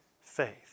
faith